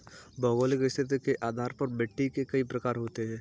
भौगोलिक स्थिति के आधार पर मिट्टी के कई प्रकार होते हैं